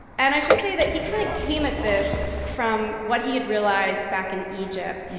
and i should say that he kind of came at this from what he had realized back in egypt.